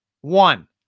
one